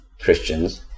Christians